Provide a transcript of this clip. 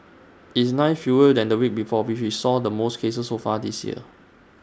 IT is nine fewer than the week before which saw the most cases so far this year